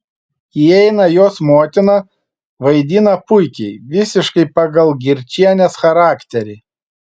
įeina jos motina vaidina puikiai visiškai pagal girčienės charakterį